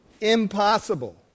Impossible